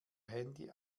handy